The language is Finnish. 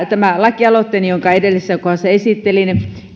tämä lakialoitteeni jonka edellisessä kohdassa esittelin